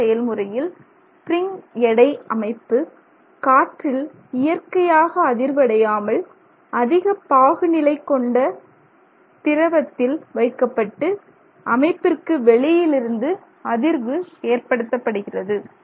இந்த செயல்முறையில் ஸ்பிரிங் எடை அமைப்பு காற்றில் இயற்கையாக அதிர்வு அடையாமல் அதிக பாகுநிலை கொண்ட திரவத்தில் வைக்கப்பட்டு அமைப்பிற்கு வெளியிலிருந்து அதிர்வு ஏற்படுத்தப்படுகிறது